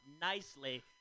nicely